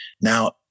Now